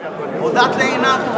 בעד, 34, נגד, 57, אין נמנעים.